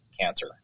cancer